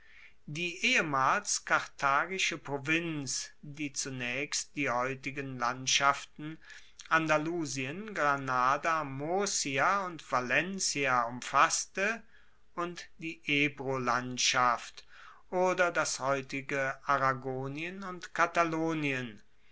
die ehemals karthagische provinz die zunaechst die heutigen landschaften andalusien granada murcia und valencia umfasste und die ebrolandschaft oder das heutige aragonien und katalonien